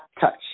touch